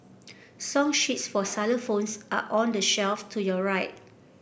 song sheets for xylophones are on the shelf to your right